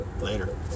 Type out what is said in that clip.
Later